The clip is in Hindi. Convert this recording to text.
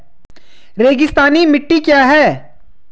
रेगिस्तानी मिट्टी क्या है?